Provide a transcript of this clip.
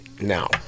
now